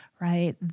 right